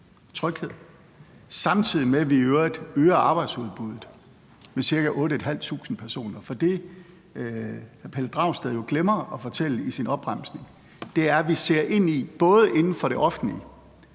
tryghed, samtidig med at vi i øvrigt øger arbejdsudbuddet med ca. 8.500 personer. For det, hr. Pelle Dragsted jo glemmer at fortælle i sin opremsning, er, at vi ser ind i, både inden for det offentlige